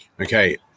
Okay